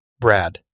Brad